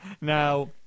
Now